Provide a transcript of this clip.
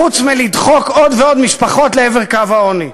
חוץ מלדחוק עוד ועוד משפחות לעבר קו העוני.